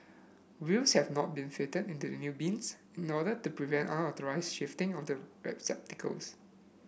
wheels have not been fitted in to the new bins in order to prevent unauthorised shifting of the receptacles